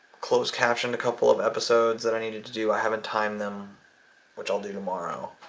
closed captioned a couple of episodes that i needed to do. i haven't timed them which i'll do tomorrow.